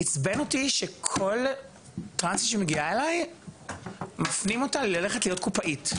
עצבן אותי שכל טרנסית שמגיעה אליי מפנים אותה ללכת להיות קופאית.